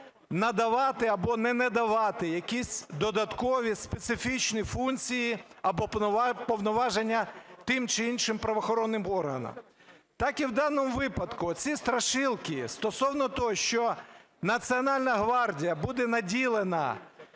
надавати або не надавати якісь додаткові специфічні функції або повноваження тим чи іншим правоохоронним органам. Так і в даному випадку, оці страшилки стосовно того, що Національна гвардія буде наділена